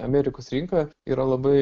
amerikos rinka yra labai